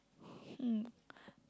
hmm